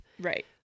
Right